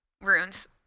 runes